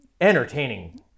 entertaining